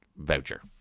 voucher